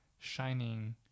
shining